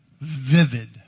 Vivid